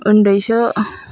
ओन्दैसो